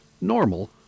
normal